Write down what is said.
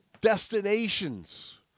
destinations